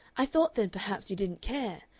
i thought then perhaps you didn't care,